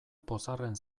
pozarren